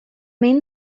main